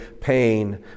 pain